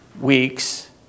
weeks